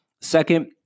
Second